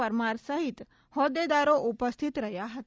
પરમાર સહિત હોદ્દેદારો ઉપસ્થિત રહ્યા હતા